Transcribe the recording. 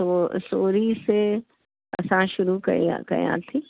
पोइ सोरहीं से असां शुरू कयां कयां थी